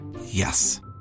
Yes